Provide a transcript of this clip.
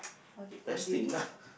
what d~ what did you do